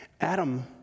Adam